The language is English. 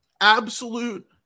absolute